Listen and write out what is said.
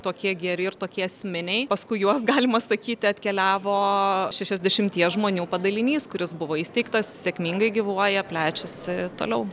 tokie geri ir tokie esminiai paskui juos galima sakyti atkeliavo šešiasdešimties žmonių padalinys kuris buvo įsteigtas sėkmingai gyvuoja plečiasi toliau